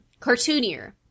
cartoonier